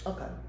Okay